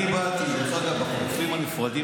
בחופים הנפרדים,